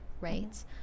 right